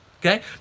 Okay